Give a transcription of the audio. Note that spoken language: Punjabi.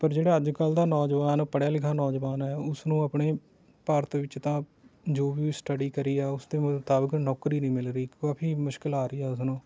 ਪਰ ਜਿਹੜਾ ਅੱਜ ਕੱਲ੍ਹ ਦਾ ਨੌਜਵਾਨ ਉਹ ਪੜ੍ਹਿਆ ਲਿਖਿਆ ਨੌਜਵਾਨ ਹੈ ਉਸ ਨੂੰ ਆਪਣੇ ਭਾਰਤ ਵਿੱਚ ਤਾਂ ਜੋ ਵੀ ਸਟੱਡੀ ਕਰੀ ਹੈ ਉਸ ਦੇ ਮੁਤਾਬਿਕ ਨੌਕਰੀ ਨਹੀਂ ਮਿਲ ਰਹੀ ਕਾਫ਼ੀ ਮੁਸ਼ਕਿਲ ਆ ਰਹੀ ਹੈ ਉਸਨੂੰ